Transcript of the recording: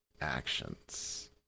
actions